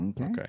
Okay